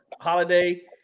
Holiday